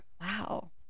Wow